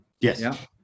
Yes